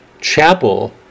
chapel